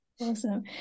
Awesome